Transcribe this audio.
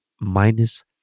Minus